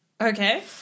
Okay